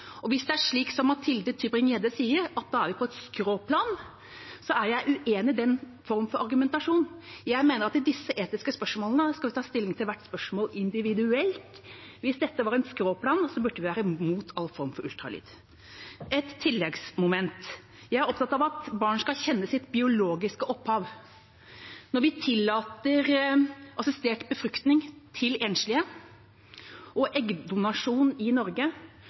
er slik som Mathilde Tybring-Gjedde sier, at vi da er på et skråplan, er jeg uenig i den form for argumentasjon. Jeg mener at i disse etiske spørsmålene skal vi ta stilling til hvert spørsmål individuelt. Hvis dette var et skråplan, burde vi vært imot all form for ultralyd. Et tilleggsmoment: Jeg er opptatt av at barn skal kjenne sitt biologiske opphav. Når vi tillater assistert befruktning til enslige og eggdonasjon i Norge,